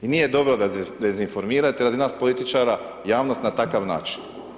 I nije dobro da dezinformirate, radi nas političara javnost na takav način.